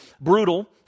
brutal